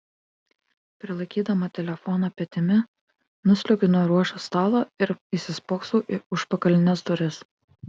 prilaikydama telefoną petimi nusliuogiu nuo ruošos stalo ir įsispoksau į užpakalines duris